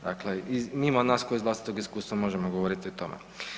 Dakle, ima nas koji iz vlastitog iskustva možemo govoriti o tome.